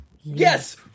Yes